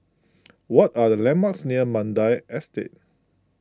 what are the landmarks near Mandai Estate